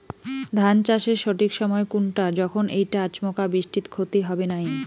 ধান চাষের সঠিক সময় কুনটা যখন এইটা আচমকা বৃষ্টিত ক্ষতি হবে নাই?